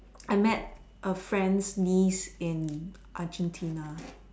I meet a friend's niece in Argentina